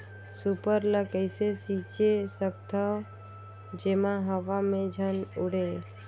Super ल कइसे छीचे सकथन जेमा हवा मे झन उड़े?